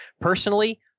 personally